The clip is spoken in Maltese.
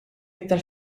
aktar